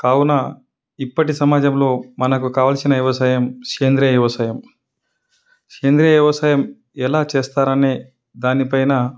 కావున ఇప్పటి సమాజంలో మనకు కావాల్సిన వ్యవసాయం సేంద్రీయ వ్యవసాయం సేంద్రీయ వ్యవసాయం ఎలా చేస్తారు అనే దానిపైన